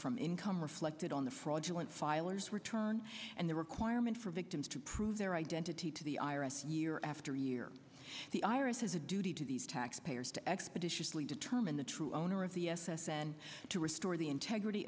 from income reflected on the fraudulent filers return and the requirement for victims to prove their identity to the i r s year after year the iris has a duty to these taxpayers to expeditiously determine the true owner of the s s n to restore the integrity